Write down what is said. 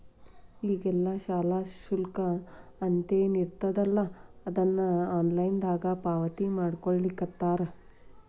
ಈಗೆಲ್ಲಾ ಶಾಲಾ ಶುಲ್ಕ ಅಂತೇನಿರ್ತದಲಾ ಅದನ್ನ ಆನ್ಲೈನ್ ದಾಗ ಪಾವತಿಮಾಡ್ಕೊಳ್ಳಿಖತ್ತಾರ